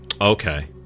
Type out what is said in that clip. Okay